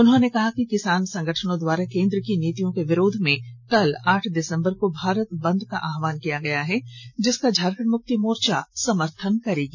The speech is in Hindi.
उन्होंने कहा कि किसान संगठनों द्वारा केंद्र की नीतियों के विरोध में कल आठ दिसम्बर को भारत बंद का आहवान किया गया है जिसका झारखंड मुक्ति मोर्चा समर्थन करेगी